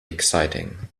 exciting